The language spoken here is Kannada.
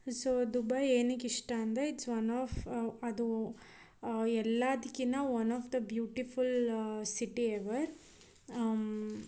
ಸೊ ದುಬೈ ಏನಕ್ಕೆ ಇಷ್ಟ ಅಂದರೆ ಇಟ್ಸ್ ಒನ್ ಆಫ್ ಅದು ಎಲ್ಲಾದಕ್ಕಿನ್ನ one of the beautiful city ever